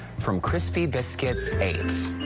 from christy biscuit eight.